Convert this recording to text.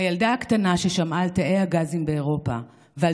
הילדה הקטנה ששמעה על תאי הגזים באירופה ועל